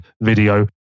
video